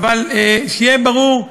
אבל שיהיה ברור,